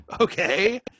okay